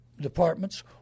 departments